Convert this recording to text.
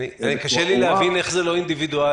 יש מה שמקובל בשגרה,